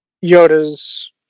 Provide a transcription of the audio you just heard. yoda's